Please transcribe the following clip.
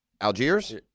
Algiers